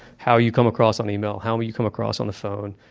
how you come across on email, how you come across on the phone,